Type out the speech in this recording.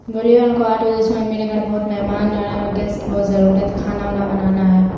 بولیے ان کو آٹھ بجے اس میں میرے گھر بہت مہمان آ رہا ہے گیس کی بہت ضرورت ہے کھانا وانا بنانا ہے